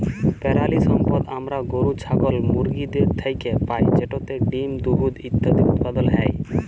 পেরালিসম্পদ আমরা গরু, ছাগল, মুরগিদের থ্যাইকে পাই যেটতে ডিম, দুহুদ ইত্যাদি উৎপাদল হ্যয়